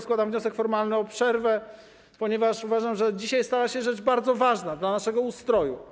Składam wniosek formalny o przerwę, ponieważ uważam, że dzisiaj stała się rzecz bardzo ważna dla naszego ustroju.